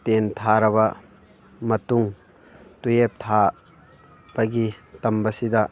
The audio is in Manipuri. ꯇꯦꯟ ꯊꯥꯔꯕ ꯃꯇꯨꯡ ꯇꯨꯋꯦꯞ ꯊꯥꯕꯒꯤ ꯇꯝꯕꯁꯤꯗ